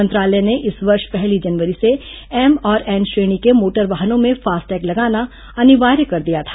मंत्रालय ने इस वर्ष पहली जनवरी से एम और एन श्रेणी के मोटर वाहनों में फास्टैग लगाना अनिवार्य कर दिया था